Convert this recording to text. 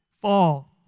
fall